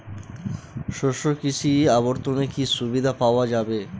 শস্য কৃষি অবর্তনে কি সুবিধা পাওয়া যাবে?